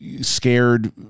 scared